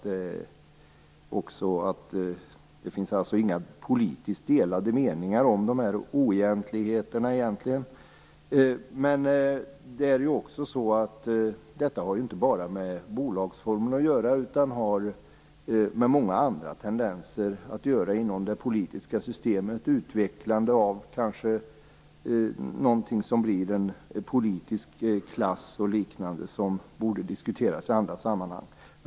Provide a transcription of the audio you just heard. Det finns inte några politiskt delade meningar om dessa oegentligheter. Detta har inte med bolagsformen att göra, utan beror på många andra tendenser inom det politiska systemet, utvecklandet av någonting som blir en politisk klass, och liknande. Det borde diskuteras i andra sammanhang.